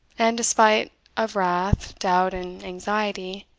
and, despite of wrath, doubt, and anxiety,